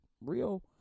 real